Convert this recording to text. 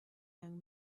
young